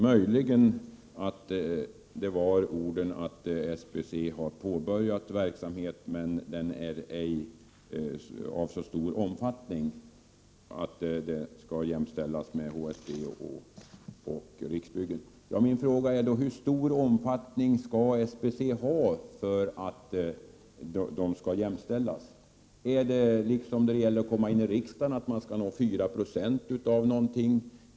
Möjligen skall man tolka det så att svaret var att SBC har påbörjat verksamhet, men att den ej är av så stor omfattning att SBC skall jämställas med HSB och Riksbyggen. Min fråga är då: Hur stor omfattning skall SBC:s verksamhet ha för att bli jämställd med HSB:s? Gäller det, liksom för att komma in i riksdagen, att man skall nå 4 20 utav någonting?